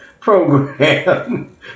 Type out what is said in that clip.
program